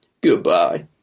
Goodbye